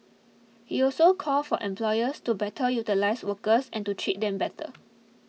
he also called for employers to better utilise workers and to treat them better